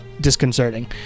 disconcerting